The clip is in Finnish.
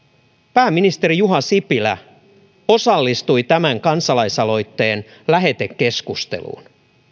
pääministeri juha sipilä osallistui tämän kansalaisaloitteen lähetekeskusteluun